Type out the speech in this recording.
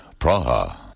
Praha